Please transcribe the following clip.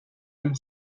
amb